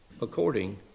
according